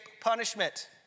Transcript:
punishment